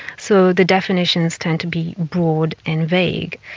so the definitions tend to be broad and vague,